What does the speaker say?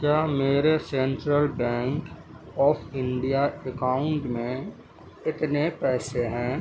کیا میرے central bank of India account میں اتنے پیسے ہیں